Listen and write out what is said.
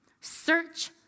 search